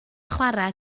chwarae